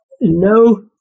no